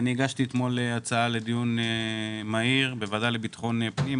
הגשתי אתמול הצעה לדיון מהיר בוועדה לביטחון פנים.